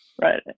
Right